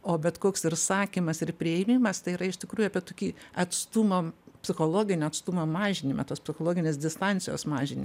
o bet koks ir sakymas ir priėmimas tai yra iš tikrųjų apie tokį atstumą psichologinio atstumo mažinimą tos psichologinės distancijos mažini